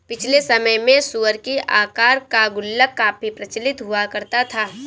पिछले समय में सूअर की आकार का गुल्लक काफी प्रचलित हुआ करता था